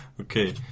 Okay